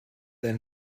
ein